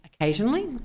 Occasionally